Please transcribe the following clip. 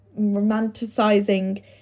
romanticizing